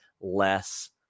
less